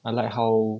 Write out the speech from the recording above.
unlike like how